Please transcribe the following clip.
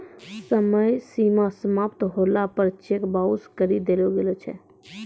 समय सीमा समाप्त होला पर चेक बाउंस करी देलो गेलो छै